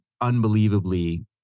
unbelievably